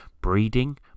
breeding